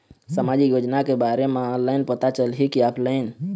सामाजिक योजना के बारे मा ऑनलाइन पता चलही की ऑफलाइन?